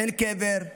אין קבר,